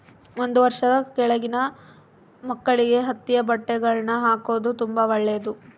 ಒಂದು ವರ್ಷದ ಕೆಳಗಿನ ಮಕ್ಕಳಿಗೆ ಹತ್ತಿಯ ಬಟ್ಟೆಗಳ್ನ ಹಾಕೊದು ತುಂಬಾ ಒಳ್ಳೆದು